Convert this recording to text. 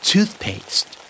Toothpaste